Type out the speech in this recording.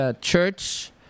church